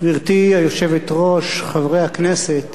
גברתי היושבת-ראש, חברי הכנסת,